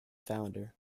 founder